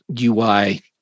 UI